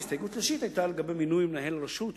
והסתייגות שלישית היתה לגבי מינוי מנהל רשות,